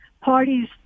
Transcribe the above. parties